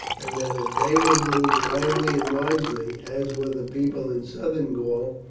and that if they were ruled kindly and wisely, as were the people in southern gaul,